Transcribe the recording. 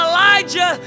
Elijah